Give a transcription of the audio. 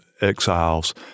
exiles